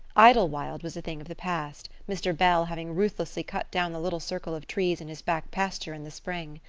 idlewild was a thing of the past, mr. bell having ruthlessly cut down the little circle of trees in his back pasture in the spring.